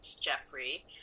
Jeffrey